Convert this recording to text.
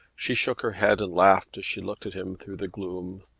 she shook her head and laughed as she looked at him through the gloom.